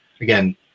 again